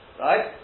right